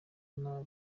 nabi